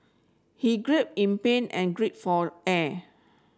he grip in pain and grape for air